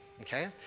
okay